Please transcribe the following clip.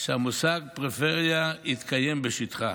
שהמושג "פריפריה" יתקיים בשטחה.